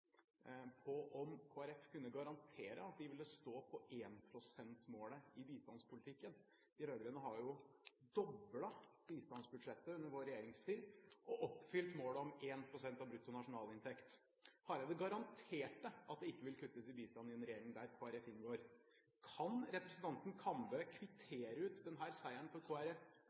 på om Kristelig Folkeparti kunne garantere at de ville stå på 1 pst.-målet i bistandspolitikken. De rød-grønne har jo doblet bistandsbudsjettet under sin regjeringstid og oppfylt målet om 1 pst. av bruttonasjonalinntekten til bistand. Hareide garanterte at det ikke vil kuttes i bistand i en regjering der Kristelig Folkeparti inngår. Kan representanten Kambe kvittere ut denne seieren for Kristelig Folkeparti her